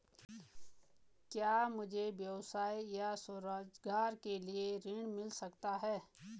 क्या मुझे व्यवसाय या स्वरोज़गार के लिए ऋण मिल सकता है?